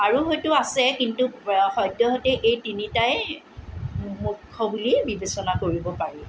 আৰু হয়তো আছে কিন্তু সদ্যহতে এই তিনিটাই মুখ্য বুলি বিবেচনা কৰিব পাৰোঁ